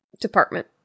department